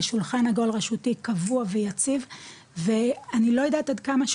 בשולחן עגול רשותי קבוע ויציב ואני לא יודעת עד כמה,